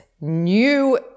new